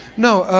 no,